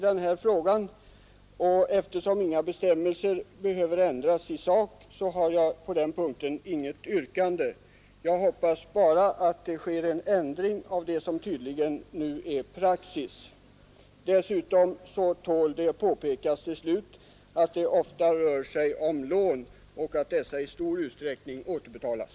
Eftersom inga bestämmelser behöver ändras i sak, har jag på den punkten inget yrkande. Jag hoppas bara att det sker en ändring av det som tydligen nu är praxis. Dessutom tål det påpekas till slut att det ofta rör sig om lån och att dessa i stor utsträckning återbetalas.